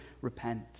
Repent